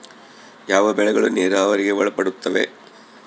ಯಾವ ಬೆಳೆಗಳು ನೇರಾವರಿಗೆ ಒಳಪಡುತ್ತವೆ?